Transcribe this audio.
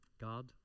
God